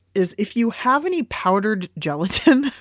is if you have any powdered gelatin,